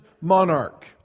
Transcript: monarch